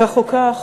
כך או כך,